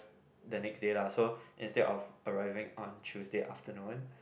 the next day lah so instead arriving on Tuesday afternoon